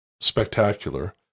spectacular